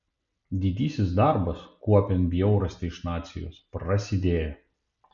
didysis darbas kuopiant bjaurastį iš nacijos prasidėjo